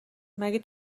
مگه